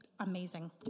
amazing